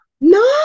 No